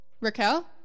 Raquel